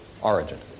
origin